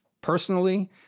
personally